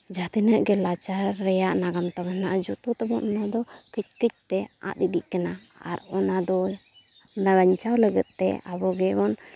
ᱡᱟᱦᱟᱸ ᱛᱤᱱᱟᱹᱜ ᱜᱮ ᱞᱟᱠᱪᱟᱨ ᱨᱮᱭᱟᱜ ᱱᱟᱜᱟᱢ ᱛᱟᱵᱚᱱ ᱦᱮᱱᱟᱜᱼᱟ ᱡᱚᱛᱚ ᱛᱟᱵᱚᱱ ᱚᱱᱟ ᱫᱚ ᱠᱟᱹᱡ ᱠᱟᱹᱡ ᱛᱮ ᱟᱫ ᱤᱫᱤᱜ ᱠᱟᱱᱟ ᱟᱨ ᱚᱱᱟ ᱫᱚ ᱚᱱᱟ ᱵᱟᱧᱪᱟᱣ ᱞᱟᱹᱜᱤᱫ ᱛᱮ ᱟᱵᱚ ᱜᱮᱵᱚᱱ